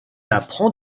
apprend